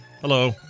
Hello